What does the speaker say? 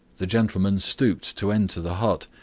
the gentleman stooped to enter the hut,